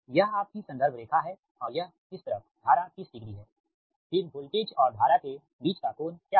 यह आपकी संदर्भ रेखा है और यह इस तरफ धारा 30 डिग्री है फिर वोल्टेज और धारा के बीच का कोण क्या है